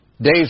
Days